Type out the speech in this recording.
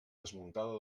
desmuntada